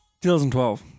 2012